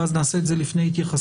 ואז זה יהיה לפני ההתייחסות.